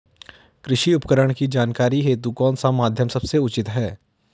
कृषि उपकरण की जानकारी हेतु कौन सा माध्यम सबसे उचित है?